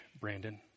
Brandon